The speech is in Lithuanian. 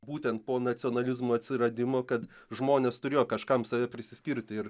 būtent po nacionalizmo atsiradimo kad žmonės turėjo kažkam save prisiskirti ir